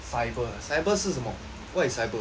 cyber ah cyber 是什么 what is cyber